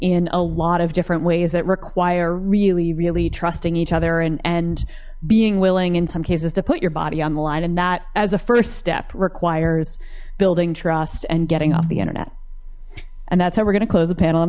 in a lot of different ways that require really really trusting each other and and being willing in some cases to put your body on the line and that as a first step requires building trust and getting off the internet and that's how we're gonna close the p